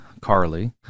Carly